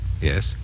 Yes